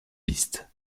piste